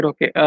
Okay